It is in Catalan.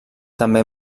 també